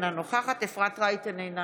אינה נוכחת אפרת רייטן מרום,